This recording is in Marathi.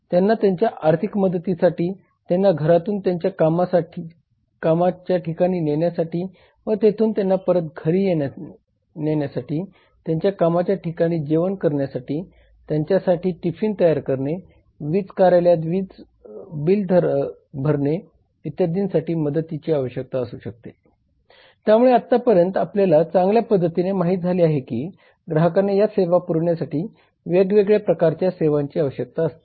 त्यांना त्यांच्या आर्थिक मदतीसाठी त्यांना घरातून त्यांच्या कामाच्या ठिकाणी नेण्यासाठी व तेथून त्यांना परत घरी नेण्यासाठी त्यांच्या कामाच्या ठिकाणी जेवण करण्यासाठी त्यांच्यासाठी टिफिन तयार करणे वीज कार्यालयात वीज बिल भरणे इत्यादींसाठी मदतीची आवश्यकता असू शकते त्यामुळे आतापर्यंत आपल्याला चांगल्या पद्धतीने माहित झाले आहे की ग्राहकांना या सेवा पुरविण्यासाठी वेगवेगळ्या प्रकारच्या सेवांची आवश्यकता असते